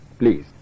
Please